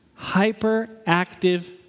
Hyperactive